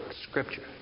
Scripture